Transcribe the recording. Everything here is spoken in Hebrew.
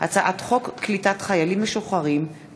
הצעת חוק דמי מחלה (תיקון,